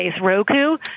Roku